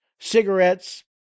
Cigarettes